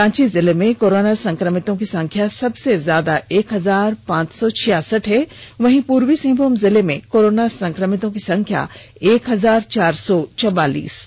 रांची जिला में कोरोना संक्रमितों की संख्या सबसे ज्यादा एक हजार पांच सौ छियासठ है वहीं पूर्वी सिंहभूम जिले में कोरोना संक्रमितों की संख्या एक हजार चार सौ चौवालीस है